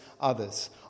others